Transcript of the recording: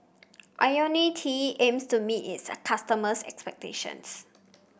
IoniL T aims to meet its customers' expectations